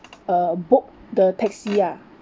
uh book the taxi ah